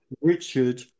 Richard